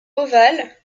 ovales